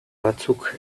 batzuk